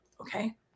Okay